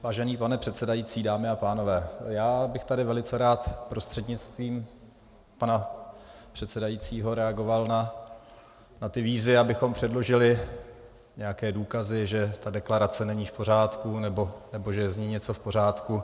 Vážený pane předsedající, dámy a pánové, já bych tady velice rád prostřednictvím pana předsedajícího reagoval na výzvy, abychom předložili nějaké důkazy, že deklarace není v pořádku nebo že je z ní něco v pořádku.